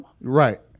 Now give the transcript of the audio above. Right